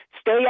stay